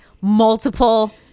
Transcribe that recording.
multiple